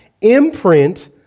imprint